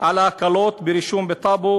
הקלות ברישום בטאבו,